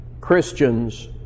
Christians